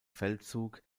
feldzug